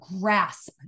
grasp